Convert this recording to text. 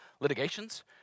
litigations